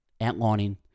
outlining